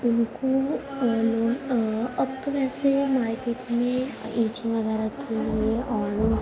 ان کو اب تو ویسے مارکیٹ میں ایچنگ وغیرہ کے لیے اور